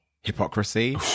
hypocrisy